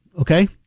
Okay